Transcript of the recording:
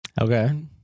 Okay